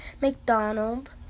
McDonald